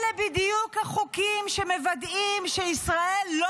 אלה בדיוק החוקים שמוודאים שישראל לא